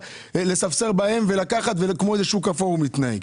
לספסר בהם כמו שוק אפור הוא מתנהג.